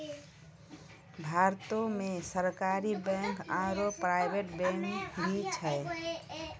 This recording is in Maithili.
भारतो मे सरकारी बैंक आरो प्राइवेट बैंक भी छै